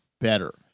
better